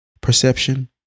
perception